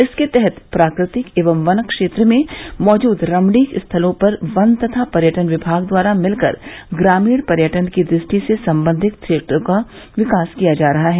इसके तहत प्राकृतिक एवं वन क्षेत्र में मौजूद रमणीक स्थलों पर वन तथा पर्यटन विभाग द्वारा मिलकर ग्रामीण पर्यटन की दृष्टि से सम्बंधित क्षेत्रों का विकास किया जा रहा है